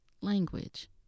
language